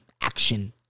action